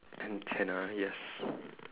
antenna yes